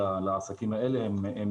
לעסקים האלה הם